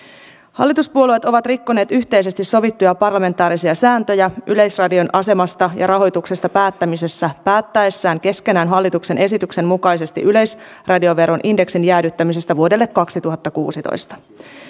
hallituspuolueet ovat rikkoneet yhteisesti sovittuja parlamentaarisia sääntöjä yleisradion asemasta ja rahoituksesta päättämisessä päättäessään keskenään hallituksen esityksen mukaisesti yleisradioveron indeksin jäädyttämisestä vuodelle kaksituhattakuusitoista